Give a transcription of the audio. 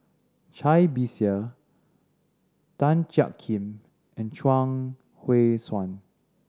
Cai Bixia Tan Jiak Kim and Chuang Hui Tsuan